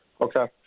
Okay